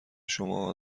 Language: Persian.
شما